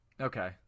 Okay